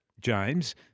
James